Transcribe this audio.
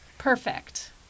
perfect